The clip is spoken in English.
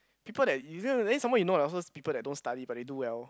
people that you then some more you know there are those people that don't study but they do well